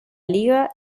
lliga